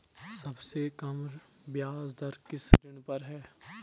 सबसे कम ब्याज दर किस ऋण पर है?